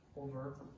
over